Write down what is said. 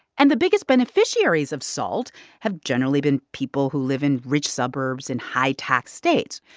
and the biggest beneficiaries of salt have generally been people who live in rich suburbs in high-tax states.